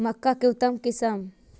मक्का के उतम किस्म?